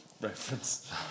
reference